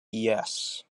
yes